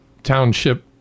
township